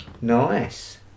nice